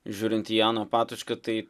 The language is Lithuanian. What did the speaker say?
žiūrint į janą patočką tai